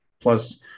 Plus